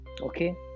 okay